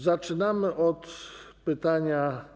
Zaczynamy od pytania.